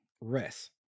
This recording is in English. rest